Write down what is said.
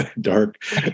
dark